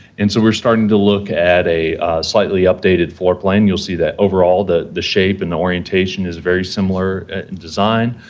and so, we're starting to look at a slightly updated floor plan. you'll see that, overall, the the shape and the orientation is very similar design,